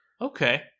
Okay